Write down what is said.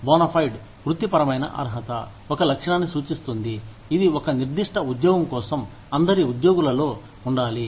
bona fide వృత్తిపరమైన అర్హత ఒక లక్షణాన్ని సూచిస్తుంది ఇది ఒక నిర్దిష్ట ఉద్యోగం కోసం అందరి ఉద్యోగులలో ఉండాలి